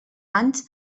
anys